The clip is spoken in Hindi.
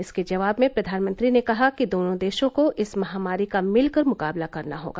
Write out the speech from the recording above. इसके जवाब में प्र्यानमंत्री ने कहा कि दोनों देशों को इस महामारी का मिलकर मुकाबला करना होगा